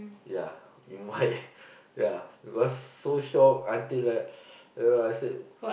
ya in white ya it was so shock until I you know I said